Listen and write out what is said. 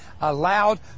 allowed